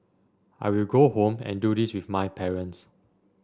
I will go home and do this with my parents